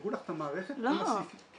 הראו לך את המערכת עם הסעיפים --- לא.